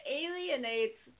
alienates